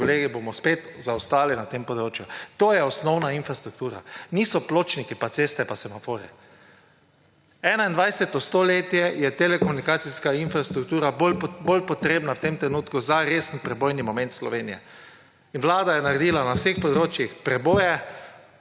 kolegi, bomo spet zaostali na tem področju. To je osnovna infrastruktura! Niso pločniki pa ceste pa semaforji. V 21. stoletju je telekomunikacijska infrastruktura bolj potrebna v tem trenutku za resen prebojni moment Slovenije. Vlada je naredila na vseh področjih preboje,